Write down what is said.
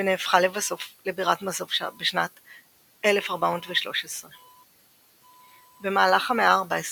ונהפכה לבסוף לבירת מאזובשה בשנת 1413. במהלך המאה ה-14